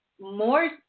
more